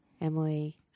Emily